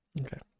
Okay